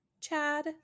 chad